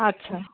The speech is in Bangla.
আচ্ছা